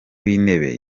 w’intebe